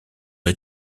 rez